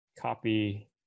copy